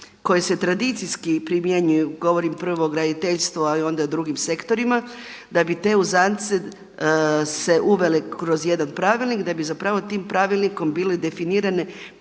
koje se tradicijski primjenjuju, govorim prvo o graditeljstvu a onda i o drugim sektorima da bi te uzance se uvele kroz jedan pravilnik, da bi zapravo tim pravilnikom bile definirane